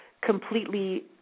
completely